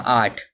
art